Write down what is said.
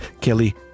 Kelly